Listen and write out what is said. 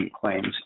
claims